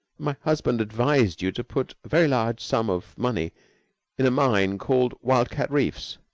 my husband advised you to put a very large sum of money in a mine called wildcat reefs.